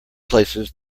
places